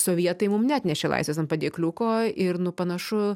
sovietai mum neatnešė laisvės ant padėkliuko ir panašu